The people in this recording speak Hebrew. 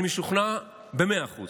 אני משוכנע במאה אחוז